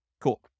Cool